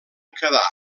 quedar